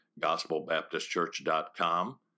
gospelbaptistchurch.com